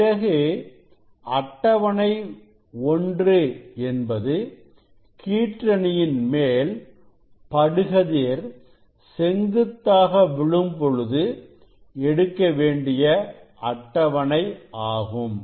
பிறகு அட்டவணை 1 என்பது கீற்றணியின் மேல் படுகதிர் செங்குத்தாக விழும் பொழுது எடுக்க வேண்டிய அட்டவணை ஆகும்